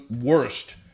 worst